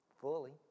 fully